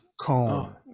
cone